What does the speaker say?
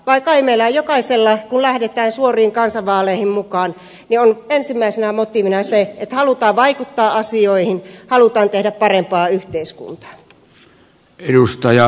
kai meillä jokaisella kun lähdetään suoriin kansanvaaleihin mukaan on ensimmäisenä motiivina se että halutaan vaikuttaa asioihin halutaan tehdä parempaa yhteiskuntaa